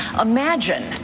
Imagine